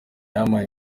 yampaye